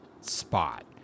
spot